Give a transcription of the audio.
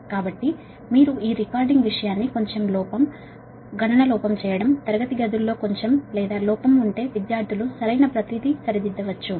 కాబట్టి మీరు ఈ రికార్డింగ్ విషయాన్ని కొంచెం లోపం గణించడం లో లోపం ఉంటే తరగతి గదుల్లో ఉండే విద్యార్థులు లోపం ఉంటే సరైన ప్రతిదీ సరిదిద్దవచ్చు